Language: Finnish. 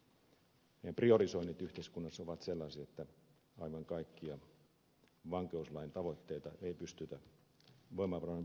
ne priorisoinnit yhteiskunnassa ovat sellaisia että aivan kaikkia vankeuslain tavoitteita ei pystytä voimavarojen puutteessa toteuttamaan